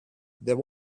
there